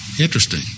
Interesting